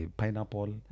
pineapple